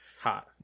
hot